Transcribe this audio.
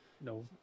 No